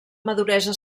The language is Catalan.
maduresa